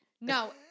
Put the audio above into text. No